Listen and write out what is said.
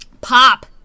Pop